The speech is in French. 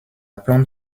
plante